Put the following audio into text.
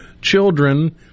children